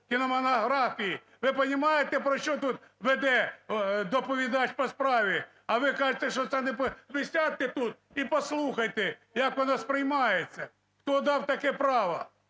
кінематографії. Ви понімаєте, про що тут веде доповідач по справі? А ви кажете, що це не… Ви сядьте тут і послухайте, як воно сприймається. Хто дав таке право?